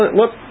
look